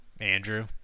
Andrew